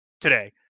today